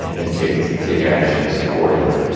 and take take actions accordingly.